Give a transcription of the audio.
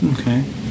Okay